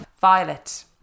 Violet